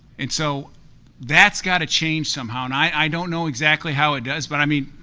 and so that's gotta change somehow, and i don't know exactly how it does, but i mean,